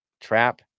Trap